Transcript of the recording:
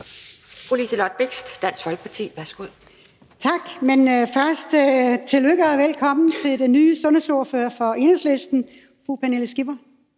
Fru Liselott Blixt, Dansk Folkeparti. Værsgo. Kl. 12:55 Liselott Blixt (DF): Tak. Først tillykke og velkommen til den nye sundhedsordfører for Enhedslisten, fru Pernille Skipper.